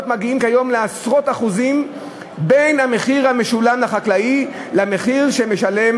בין המחיר המשולם לחקלאי למחיר שמשלם